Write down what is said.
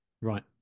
Right